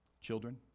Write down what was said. children